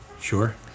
Sure